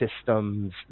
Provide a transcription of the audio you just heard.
systems